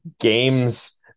games